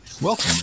Welcome